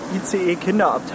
ICE-Kinderabteil